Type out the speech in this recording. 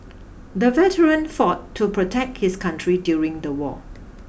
the veteran fought to protect his country during the war